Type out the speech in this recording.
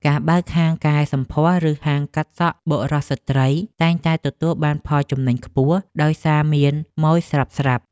ការបើកហាងកែសម្ផស្សឬហាងកាត់សក់បុរសស្ត្រីតែងតែទទួលបានផលចំណេញខ្ពស់ដោយសារមានម៉ូយស្រាប់ៗ។